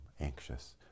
anxious